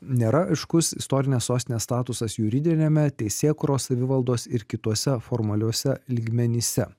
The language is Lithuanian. nėra aiškus istorinės sostinės statusas juridiniame teisėkūros savivaldos ir kituose formaliuose lygmenyse